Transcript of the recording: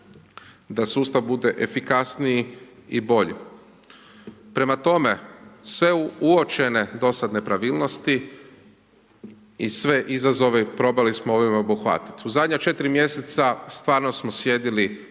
da sustav bude efikasniji i bolji. Prema tome, sve uočene do sada nepravilnosti i sve izazove probali smo ovime obuhvatiti. U zadnja 4 mj. stvarno smo sjedili